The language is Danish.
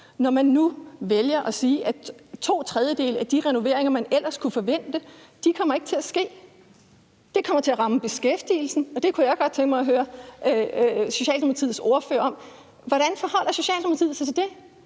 når man nu vælger at sige, at to tredjedele af de renoveringer, man ellers kunne forvente, ikke kommer til at ske. Det kommer til at ramme beskæftigelsen, og det kunne jeg godt tænke mig at høre Socialdemokratiets ordfører om: Hvordan forholder Socialdemokratiet sig til det,